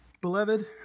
Beloved